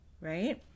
right